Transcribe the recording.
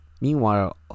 Meanwhile